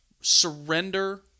surrender